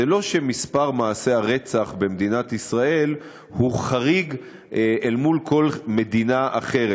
זה לא שמספר מעשי הרצח במדינת ישראל הוא חריג אל מול כל מדינה אחרת.